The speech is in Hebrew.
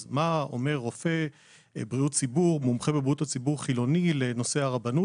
אז מה אומר רופא מומחה בבריאות הציבור חילוני לנושא הרבנות?